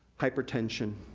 hypertension,